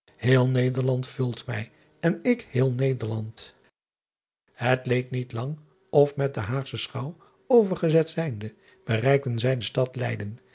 ederland vult my en ick heel ederland et leed niet lang of met de aagsche chouw overgezet zijnde bereikten zij de stad eyden